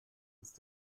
ist